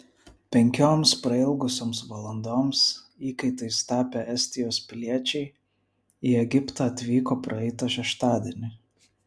penkioms prailgusioms valandoms įkaitais tapę estijos piliečiai į egiptą atvyko praeitą šeštadienį